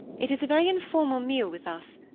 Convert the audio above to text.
it is a very informal meal with us,